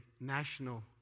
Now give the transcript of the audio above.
national